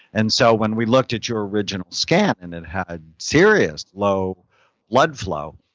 and so when we looked at your original scan and then had serious low blood flow,